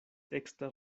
ekster